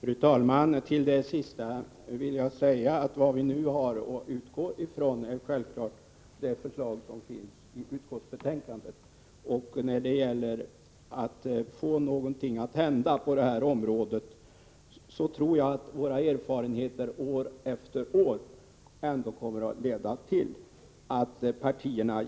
Fru talman! Till det sista vill jag säga att vad vi nu har att utgå ifrån är självfallet det förslag som finns i utskottsbetänkandet. När det gäller att få någonting att hända på det här området tror jag att våra erfarenheter år efter år ändå kommer att leda till att partierna